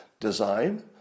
design